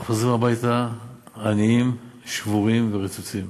הם חוזרים הביתה עניים, שבורים ורצוצים.